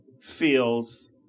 feels